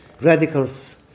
radicals